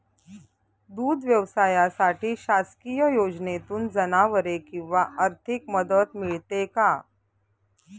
दूध व्यवसायासाठी शासकीय योजनेतून जनावरे किंवा आर्थिक मदत मिळते का?